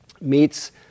meets